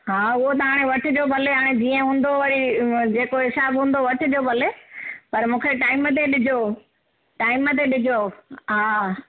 हा उहो त हाणे वठिजो भले हाणे जिअं हूंदो वरी जेको हिसाबु हूंदो वठिजो भले पर मूंखे टाइम ते ॾिजो टाइम ते ॾिजो हा हा